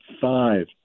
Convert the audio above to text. five